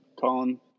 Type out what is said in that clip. Colin